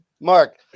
Mark